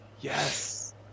Yes